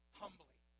humbly